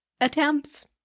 attempts